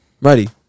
Ready